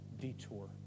detour